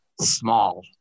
small